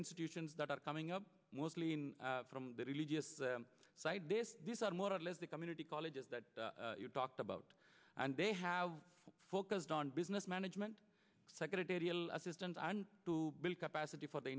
institutions that are coming up mostly in from the religious side based on more or less the community colleges that you talked about and they have focused on business management secretarial assistance and to build capacity for the